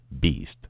beast